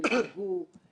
אבל זה שומר עלינו.